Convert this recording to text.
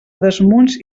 desmunts